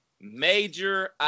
major